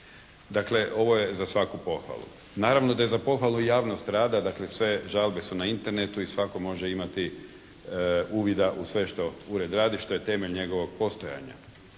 Dakle ovo je za svaku pohvalu. Naravno da je za pohvalu i javnost rada, dakle sve žalbe su na Internetu i svatko može imati uvida u sve što ured radi, što je temelj njegovog postojanja.